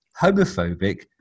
homophobic